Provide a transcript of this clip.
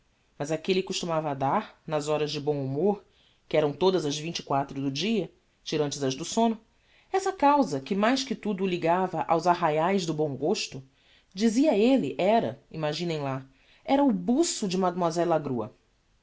mas a que elle costumava dar nas horas de bom humor que eram todas as vinte e quatro do dia tirantes as do somno essa causa que mais que tudo o ligava aos arraiaes do bom gosto dizia elle era imaginem lá era o buço de mlle lagrua